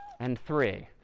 and three.